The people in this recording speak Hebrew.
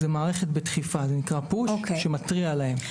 זו מערכת בדחיפה, שמתריעה להם.